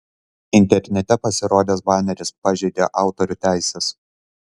internete pasirodęs baneris pažeidė autorių teises